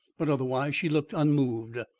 but otherwise she looked unmoved.